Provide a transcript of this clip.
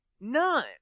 None